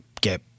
get